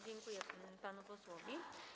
Dziękuję panu posłowi.